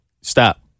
stop